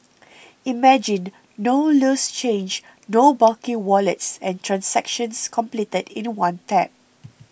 imagine no loose change no bulky wallets and transactions completed in the one tap